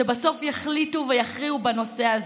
שבסוף יחליטו ויכריעו בנושא הזה: